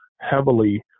heavily